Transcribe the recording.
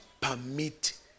permit